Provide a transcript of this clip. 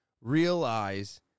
realize